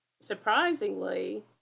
surprisingly